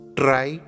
try